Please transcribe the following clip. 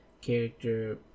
character